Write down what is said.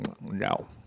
no